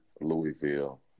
Louisville